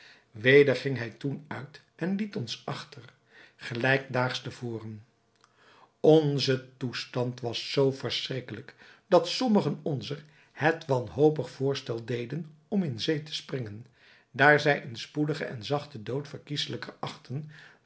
weder ging hij toen uit en liet ons achter gelijk daags te voren onze toestand was zoo verschrikkelijk dat sommigen onzer het wanhopige voorstel deden om in zee te springen daar zij een spoedigen en zachten dood verkieselijker achtten